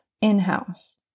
in-house